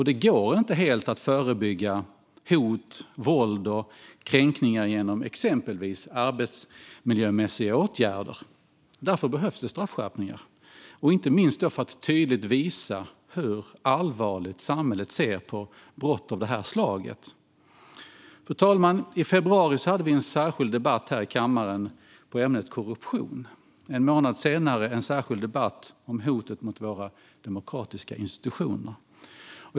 Det går inte att helt förebygga hot, våld och kränkningar genom exempelvis arbetsmiljömässiga åtgärder. Därför behövs det straffskärpningar, inte minst för att tydligt visa hur allvarligt samhället ser på brott av detta slag. Fru talman! I februari hade vi en särskild debatt här i kammaren på ämnet korruption, en månad senare en särskild debatt om hotet mot våra demokratiska institutioner.